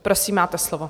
Prosím, máte slovo.